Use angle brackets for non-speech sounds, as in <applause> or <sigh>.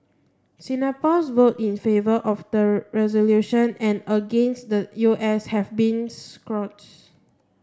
Singapore's vote in favour of the resolution and against the U S has been <unintelligible>